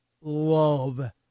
love